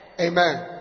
Amen